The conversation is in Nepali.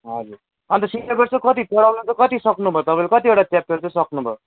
हजुर अन्त सिलेबस चाहिँ कति पढाउनु चाहिँ कति सक्नुभयो तपाईँले कतिवटा च्याप्टर चाहिँ सक्नुभयो